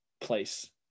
place